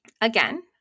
Again